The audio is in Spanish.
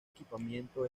equipamiento